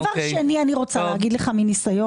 דבר שני, אני רוצה להגיד לך מניסיון,